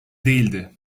değildi